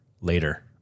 later